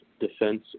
Defense